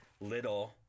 little